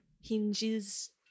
hinges